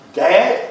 dad